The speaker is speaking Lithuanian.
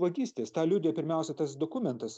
vagystės tą liudija pirmiausia tas dokumentas